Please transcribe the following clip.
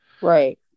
right